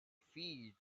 feet